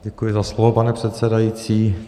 Děkuji za slovo, pane předsedající.